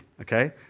okay